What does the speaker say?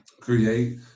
Create